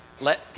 let